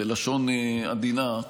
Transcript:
בלשון עדינה,